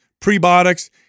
prebiotics